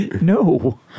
No